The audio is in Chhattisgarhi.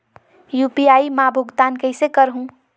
यू.पी.आई मा भुगतान कइसे करहूं?